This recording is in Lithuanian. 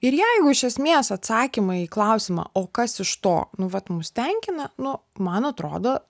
ir jeigu iš esmės atsakymą į klausimą o kas iš to nu vat mus tenkina nu man atrodo